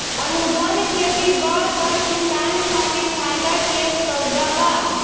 अनुबंध खेती बड़ बड़ किसान खातिर फायदा के सउदा बा